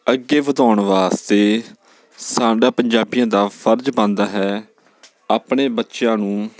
ਅੱਗੇ ਵਧਾਉਣ ਵਾਸਤੇ ਸਾਡਾ ਪੰਜਾਬੀਆਂ ਦਾ ਫਰਜ਼ ਬਣਦਾ ਹੈ ਆਪਣੇ ਬੱਚਿਆਂ ਨੂੰ